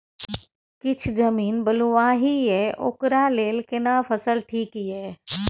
किछ जमीन बलुआही ये ओकरा लेल केना फसल ठीक ये?